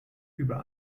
über